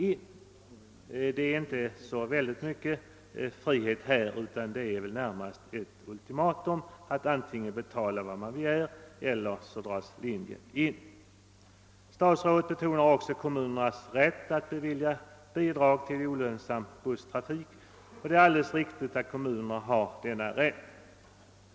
Det finns inte så mycken frihet här. Statsrådet betonar också kommunernas rätt att bevilja bidrag till olönsam busstrafik. Det är alldeles riktigt att kommunerna har denna rättighet.